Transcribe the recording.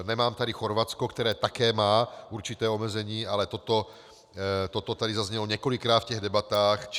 Nemám tady Chorvatsko, které také má určité omezení, ale toto tady zaznělo několikrát v těch debatách.